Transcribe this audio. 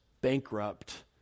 bankrupt